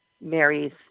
Mary's